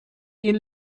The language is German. ihn